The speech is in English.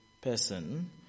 person